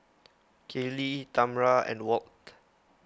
Kaylee Tamra and Walt